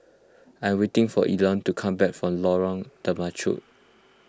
I'm waiting for Elon to come back from Lorong Temechut